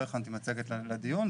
לא הכנתי מצגת לדיון.